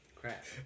Crap